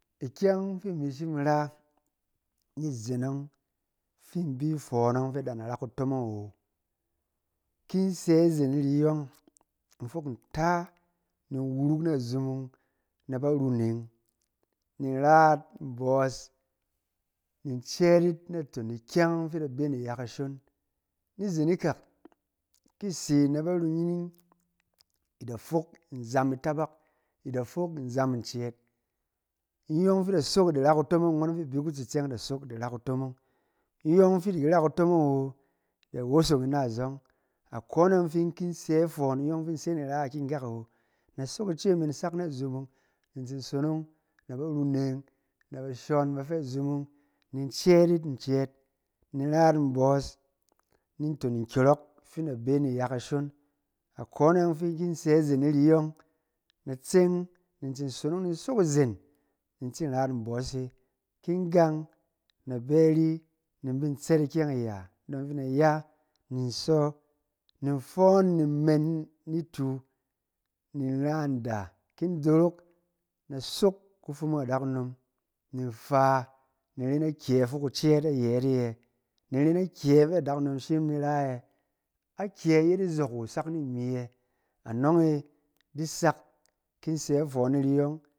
Ikyɛng fi imi shim in ra, ni zen ɔng fi in bi fɔn ɔng fɛ ba na ra kutomong awo. Ki in sɛ izen iri yɔng, in fok nta in worok na zumung na baruneng, ni in ra yit mbɔs, ni in cɛɛt yit naton ikyɛng ɔng fi i da bɛ ni iya kashon. In zen ikak ki i se na baruneng, i da fok nzam itabak, i da fok nzem icɛɛt. Iyɔng fi i da sok i ra kutomong, ngon fi i bi kutsitsɛng da ra kutomong. Iyɔng fi i di ki ra kutomong awo, da wosong ina azɔng. Akone fi in ki sɛ ifɔn, iyɔng fi in se ni ra ikyɛng kak awo, na sok ice min sak na zumung, ni in tsin sonong na baruneng, na bashon bafɛ azumung ni in cɛɛt yit ncɛɛt, ni in ra yit mbɔs, naton nkyɔrɔk fi in da bɛ ni iya kashon. Akone yɔng ki in sɛ izen iri yɔng, na tseng, ni in tsin sonong ni in sok izen in tsin ra yit mbɔs e. Kin in gang na bɛ ari, na bin tsɛt ikyɛng iya, idɔng fin in da ya, ni in sɔ, ni in fɔn ni men- nitu, ni in ra nda. Ki in dorok na sok kufumung adakunom ni in fa, na ren akƴɛ? Fi kucɛɛt ayɛt e yɛ? Ni in ren akyɛ fɛ adakunom shim ni in ra yɛ? Akyɛ? Yet izɔk wu sak ni imi yɛ? Anɔng e di sak ki in sɛ ifɔn iri yɔng.